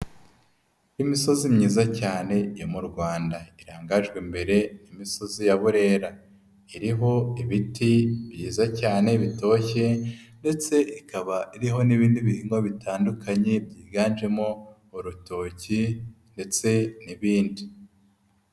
Imisozi myiza cyane yo mu Rwanda, irangajwe imbere n'imisozi ya Burera, iriho ibiti biza cyane bitoshye ndetse ikaba iriho n'ibindi bihingwa bitandukanye, byiganjemo urutoki ndetse n'ibindi.